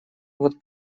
вот